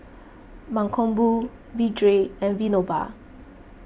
Mankombu Vedre and Vinoba